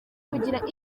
kugira